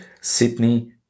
Sydney